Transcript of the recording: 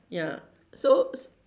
ya so s~